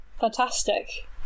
fantastic